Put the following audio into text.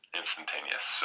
instantaneous